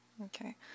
Okay